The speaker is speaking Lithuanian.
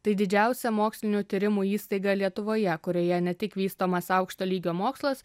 tai didžiausia mokslinių tyrimų įstaiga lietuvoje kurioje ne tik vystomas aukšto lygio mokslas